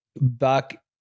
back